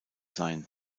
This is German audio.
sein